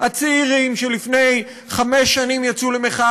הצעירים שלפני חמש שנים יצאו למחאה